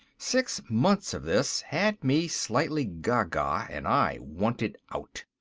six months of this had me slightly ga-ga and i wanted out.